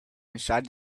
inside